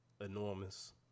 enormous